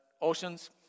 Oceans